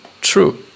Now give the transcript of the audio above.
true